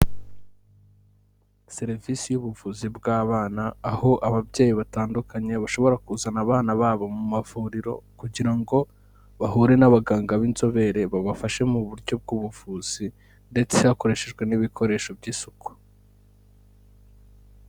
Serivisi y'ubuvuzi bw'abana aho ababyeyi batandukanye bashobora kuzana abana babo mu mavuriro, kugira ngo bahure n'abaganga b'inzobere, babafashe mu buryo bw'ubuvuzi ndetse hakoreshejwe n'ibikoresho by'isuku.